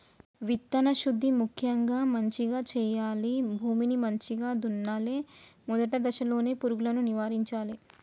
విత్తన శుద్ధి ముక్యంగా మంచిగ చేయాలి, భూమిని మంచిగ దున్నలే, మొదటి దశలోనే పురుగులను నివారించాలే